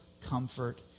comfort